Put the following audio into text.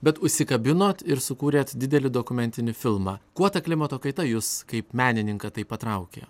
bet užsikabinot ir sukūrėt didelį dokumentinį filmą kuo ta klimato kaita jus kaip menininką taip patraukė